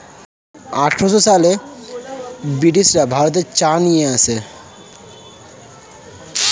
আঠারোশো সালে ব্রিটিশরা ভারতে চা নিয়ে আসে